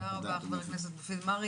תודה רבה, חבר הכנסת מרעי.